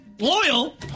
Loyal